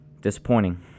disappointing